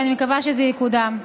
ואני מקווה שזה יקודם.